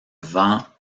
vent